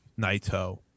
Naito